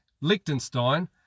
Liechtenstein